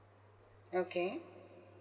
okay